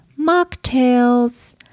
mocktails